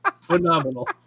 Phenomenal